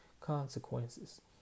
consequences